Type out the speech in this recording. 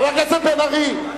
חבר הכנסת בן-ארי,